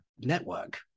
network